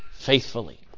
Faithfully